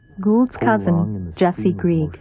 gould's cousin jessie greig